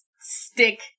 stick